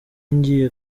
ngiye